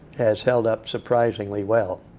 has held up surprisingly well.